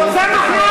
זה מחמאה,